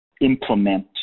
implement